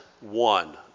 one